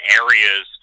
areas